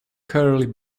curly